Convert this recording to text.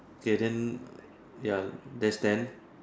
okay then ya that's ten